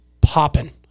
popping